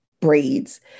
braids